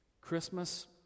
Christmas